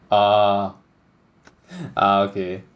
ah ah okay